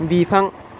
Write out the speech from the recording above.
बिफां